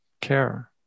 care